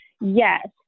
yes